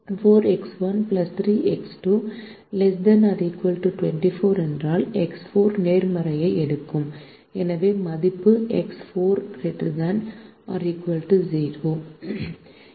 4X1 3X2 ≤ 24 என்றால் X4 நேர்மறை எடுக்கும் எனவே மதிப்பு எக்ஸ் 4 ≥ 0